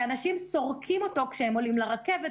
שאנשים סורקים אותו כשהם עולים לרכבת,